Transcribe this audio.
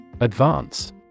Advance